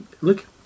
Look